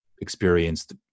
experienced